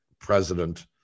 president